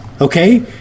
Okay